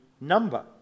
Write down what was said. number